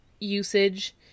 usage